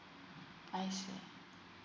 I see